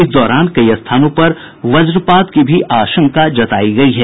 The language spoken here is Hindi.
इस दौरान कई स्थानों पर वज्रपात की भी आशंका जतायी है